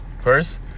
First